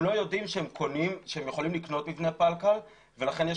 הם לא יודעים שהם יכולים לבנות מבני פלקל ולכן יש